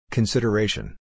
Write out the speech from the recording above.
Consideration